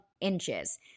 inches